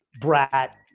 Brat